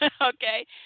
okay